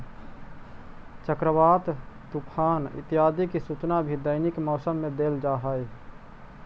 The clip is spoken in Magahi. चक्रवात, तूफान इत्यादि की सूचना भी दैनिक मौसम में देल जा हई